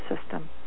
system